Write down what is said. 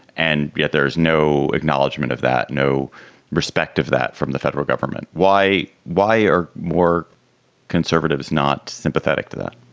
and yet there is no acknowledgement of that, no respect of that from the federal government. why? why are more conservatives not sympathetic to that?